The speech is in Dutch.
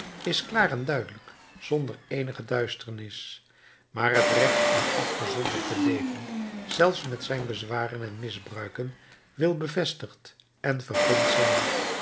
is klaar en duidelijk zonder eenige duisternis maar het recht om afgezonderd te leven zelfs met zijn bezwaren en misbruiken wil bevestigd en vergund zijn